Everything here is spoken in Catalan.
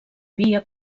via